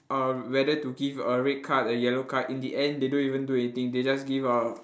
uh whether to give a red card a yellow card in the end they don't even do anything they just give a